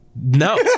No